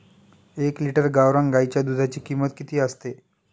एक लिटर गावरान गाईच्या दुधाची किंमत किती असते?